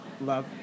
Love